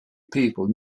people